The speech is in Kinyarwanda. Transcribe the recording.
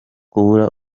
kubura